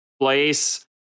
place